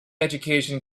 education